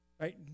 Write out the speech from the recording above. Right